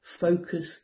Focus